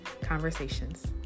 conversations